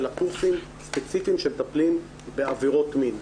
אלא קורסים ספציפיים שמטפלים בעבירות מין.